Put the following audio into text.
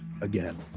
again